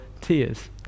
tears